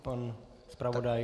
Pane zpravodaji?